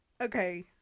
okay